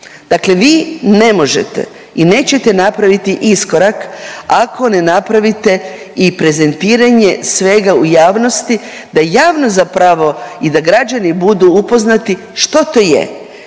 Dakle, vi ne možete i nećete napraviti iskorak, ako ne napravite i prezentiranje svega u javnosti da javnost zapravo i da građani budu upoznati što to je.